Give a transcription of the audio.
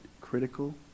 critical